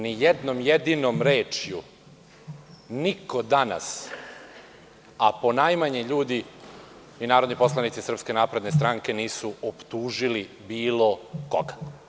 Ni jednom jedinom rečju niko danas, a ponajmanje ljudi i narodni poslanici SNS nisu optužili bilo koga.